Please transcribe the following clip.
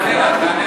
תענה לה.